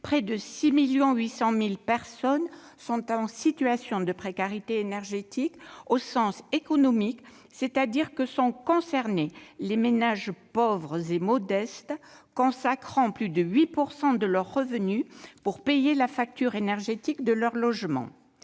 près de 6,8 millions de personnes sont en situation de précarité énergétique au sens économique, c'est-à-dire que sont concernés les ménages pauvres et modestes consacrant plus de 8 % de leurs revenus au paiement de la facture énergétique de leur logement.